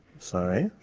sorry